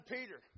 Peter